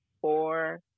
four